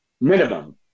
Minimum